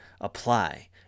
apply